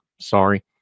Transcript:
sorry